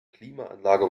klimaanlage